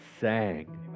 Sang